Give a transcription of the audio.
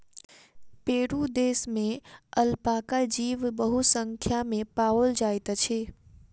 Peru देश में alpaca जीव बहुसंख्या में पाओल जाइत अछि